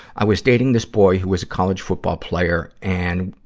i was dating this boy who was college football player and,